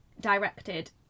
directed